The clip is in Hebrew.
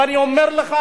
ואני אומר לך,